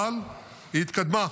אבל היא התקדמה.